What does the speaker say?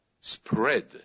spread